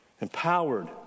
empowered